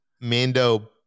Mando